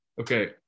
Okay